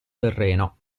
terreno